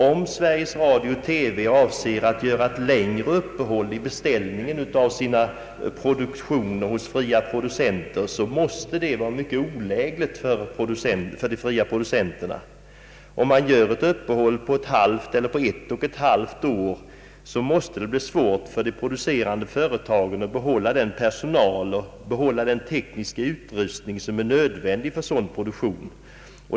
Om Sveriges Radio-TV avser att göra ett längre uppehåll i beställningen av sina produktioner hos fria producenter, måste detta vara mycket olägligt för de fria producenterna. Gör man ett uppehåll på t.ex. ett och ett halvt år, måste det bli svårt för de producerande företagen att behålla den personal som är nödvändig för sådan produktion.